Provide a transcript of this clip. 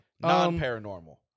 Non-paranormal